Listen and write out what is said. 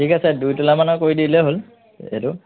ঠিক আছে দুই তোলা মানৰ কৰি দিলে হ'ল এইটো